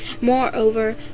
moreover